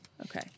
okay